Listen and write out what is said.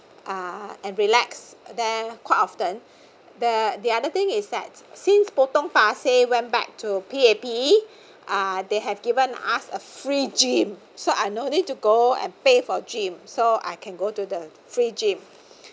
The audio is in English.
uh and relax there quite often the the other thing is that since potong-pasir went back to P_A_P uh they have given us a free gym so I no need to go and pay for gym so I can go to the free gym